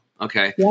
Okay